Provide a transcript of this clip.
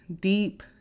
deep